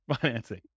financing